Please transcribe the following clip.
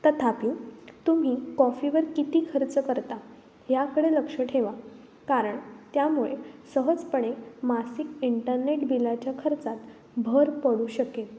तथापि तुम्ही कॉफीवर किती खर्च करता याकडे लक्ष ठेवा कारण त्यामुळे सहजपणे मासिक इंटरनेट बिलाच्या खर्चात भर पडू शकेल